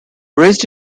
raised